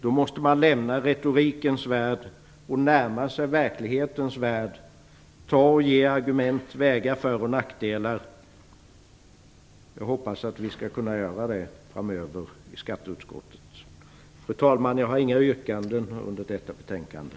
Då måste man lämna retorikens värld och närma sig verklighetens värld, ta och ge argument och väga för och nackdelar. Jag hoppas att vi skall kunna göra det framöver i skatteutskottet. Fru talman! Jag har inga yrkanden till detta betänkande.